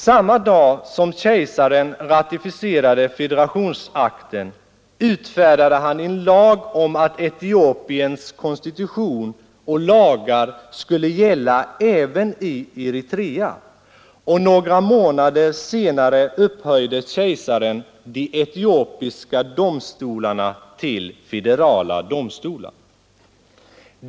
Samma dag som kejsaren ratificerade federationsakten utfärdade han en lag om att Etiopiens konstitution och lagar skulle gälla även i Eritrea, och några månader senare upphöjde kejsaren de etiopiska domstolarna till federala domstolar.